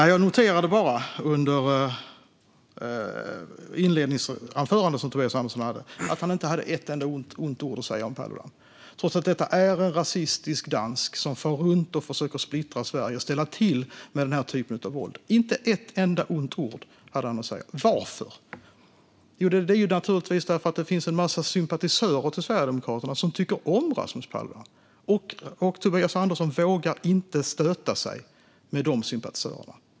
Jag noterade under Tobias Anderssons inledningsanförande att Tobias Andersson inte hade ett enda ont ord att säga om Paludan, trots att detta är en rasistisk dansk som far runt och försöker splittra Sverige och ställa till med den här typen av våld. Inte ett enda ont ord hade han att säga. Varför? Jo, det är naturligtvis för att det finns en massa sympatisörer till Sverigedemokraterna som tycker om Rasmus Paludan, och Tobias Andersson vågar inte stöta sig med de sympatisörerna.